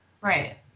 Right